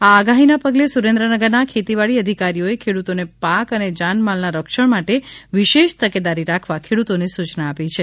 આ આગાહીના પગલે સુરેન્દ્રનગરના ખેતીવાડી અધિકારીએ ખેડૂતોને પાક અને જાનમાલના રક્ષણ માટે વિશેષ તકેદારી રાખવા ખેડૂતોને સૂચના આપી છે